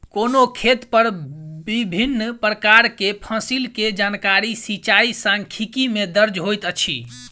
कोनो खेत पर विभिन प्रकार के फसिल के जानकारी सिचाई सांख्यिकी में दर्ज होइत अछि